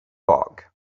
fog